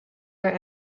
were